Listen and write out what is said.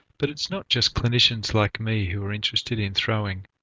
but it's not just clinicians like me who are interested in throwing.